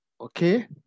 Okay